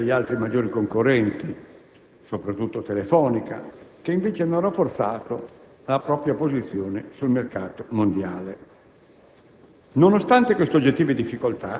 ciò in controtendenza rispetto agli altri maggiori concorrenti, soprattutto Telefonica, che invece hanno rafforzato la propria posizione sul mercato mondiale.